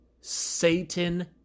Satan